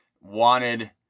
wanted